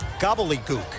gobbledygook